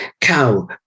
cow